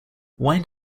wind